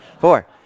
Four